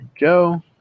go